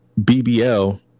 BBL